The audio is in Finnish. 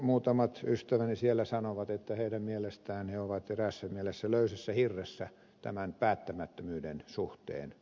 muutamat ystäväni siellä sanovat että mielestään he ovat eräässä mielessä löysässä hirressä tämän päättämättömyyden suhteen